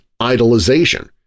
idolization